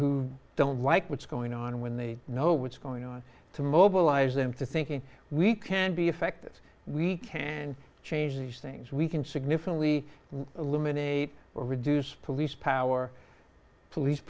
who don't like what's going on when they know what's going on to mobilize them to thinking we can be effective we can change these things we can significantly eliminate or reduce police power police